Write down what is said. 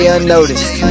Unnoticed